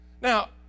Now